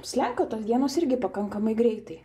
slenka tos dienos irgi pakankamai greitai